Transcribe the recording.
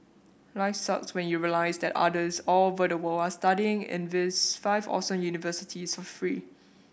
life sucks when you realise that others all over the world are studying in these five awesome universities for free